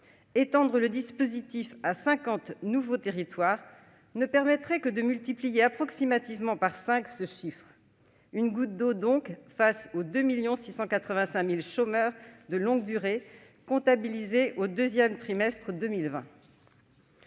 Étendre le dispositif à cinquante nouveaux territoires ne permettrait que de multiplier approximativement par cinq ce chiffre. C'est donc une goutte d'eau au regard des 2 685 000 chômeurs de longue durée comptabilisés au deuxième trimestre de 2020.